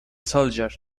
soldier